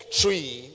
tree